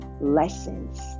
lessons